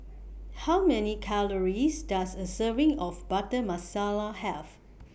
How Many Calories Does A Serving of Butter Masala Have